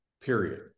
period